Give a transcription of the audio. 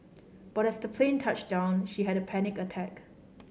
but as the plane touched down she had a panic attack